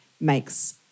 makes